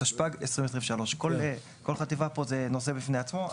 התשפ"ג-2023"; כל חטיבה פה זה נושא בפני עצמו.